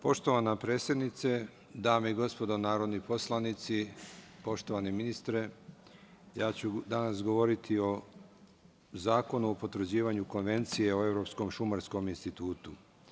Poštovana predsednice, dame i gospodo narodni poslanici, poštovani ministre, danas ću govoriti o Zakonu o potvrđivanju Konvencije o Evropskom Šumarskom Institutu.